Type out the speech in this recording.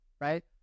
right